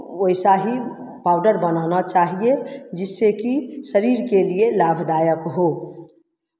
वैसा ही पाउडर बनाना चाहिए जिससे कि शरीर के लिए लाभदायक हो